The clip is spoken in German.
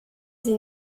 sie